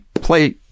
play